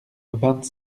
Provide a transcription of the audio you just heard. vingt